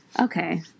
Okay